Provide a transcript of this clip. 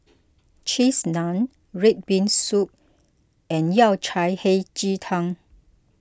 Cheese Naan Red Bean Soup and Yao Cai Hei Ji Tang